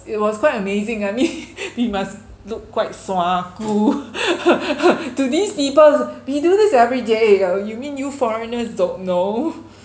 it was quite amazing I mean we must looked quite suaku to these people we do this every day uh you you mean you foreigners don't know